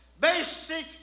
basic